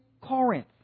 Corinth